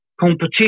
competition